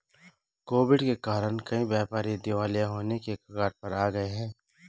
Covid के कारण कई व्यापारी दिवालिया होने की कगार पर आ गए हैं